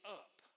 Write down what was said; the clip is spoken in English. up